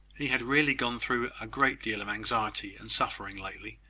he had really gone through a great deal of anxiety and suffering lately,